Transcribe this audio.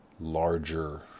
larger